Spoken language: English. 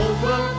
Over